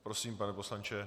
Prosím, pane poslanče.